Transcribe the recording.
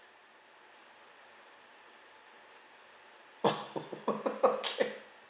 oh okay